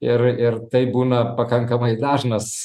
ir ir taip būna pakankamai dažnas